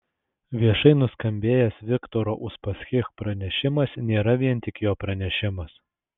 viešai nuskambėjęs viktoro uspaskich pranešimas nėra vien tik jo pranešimas